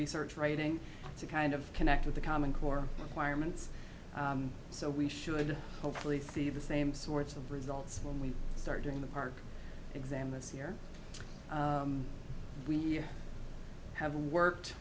research writing to kind of connect with the common core acquirements so we should hopefully see the same sorts of results when we start doing the park exam this year we have worked